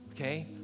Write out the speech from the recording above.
okay